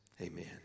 amen